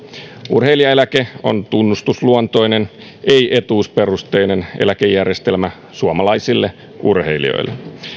urheilijaeläke on tunnustusluontoinen ei etuusperusteinen eläkejärjestelmä suomalaisille urheilijoille